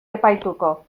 epaituko